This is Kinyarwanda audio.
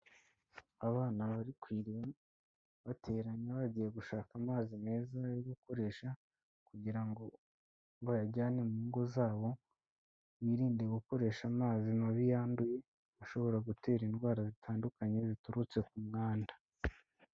Abana bari ku iriba bateranye bagiye gushaka amazi meza yo gukoresha kugira ngo bayajyane mu ngo zabo, birinde gukoresha amazi mabi yanduye ashobora gutera indwara zitandukanye biturutse ku mwanda.